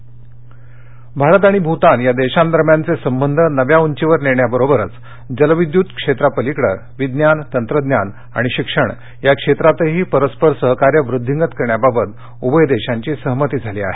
भुतान भारत आणि भूतान या देशांदरम्यानचे संबंध नव्या उंचीवर नेण्याबरोबरच जलविद्युत क्षेत्रापलिकडे विज्ञान तंत्रज्ञान आणि शिक्षण या क्षेत्रातही परस्पर सहकार्य वृद्धिंगत करण्याबाबत उभय देशांची सहमती झाली आहे